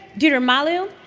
dooter malu,